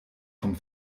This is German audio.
vom